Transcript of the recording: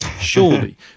surely